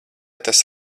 tas